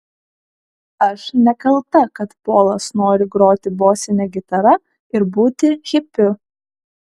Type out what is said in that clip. aš nekalta kad polas nori groti bosine gitara ir būti hipiu